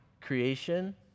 Creation